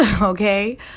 okay